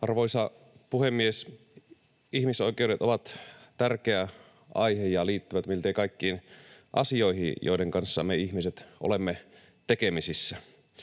Arvoisa puhemies! Ihmisoikeudet ovat tärkeä aihe ja liittyvät miltei kaikkiin asioihin, joiden kanssa me ihmiset olemme tekemisissä.